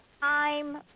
time